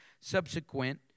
subsequent